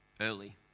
early